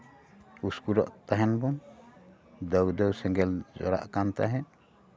ᱩᱥᱠᱩᱨᱟᱜ ᱛᱟᱦᱮᱱ ᱵᱚᱱ ᱫᱟᱹᱣ ᱫᱟᱹᱣ ᱥᱮᱸᱜᱮᱞ ᱡᱩᱞᱩᱜ ᱠᱟᱱ ᱛᱟᱦᱮᱸᱫ